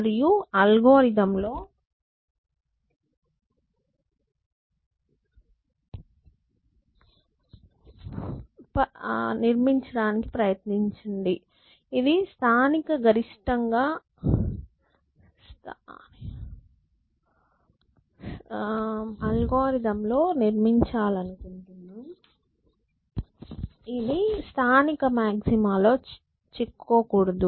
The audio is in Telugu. మరియు అల్గోరిథం నిర్మించడానికి ప్రయత్నించండి ఇది లోకల్ మాక్సిమా లో చిక్కుకోదు